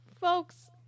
Folks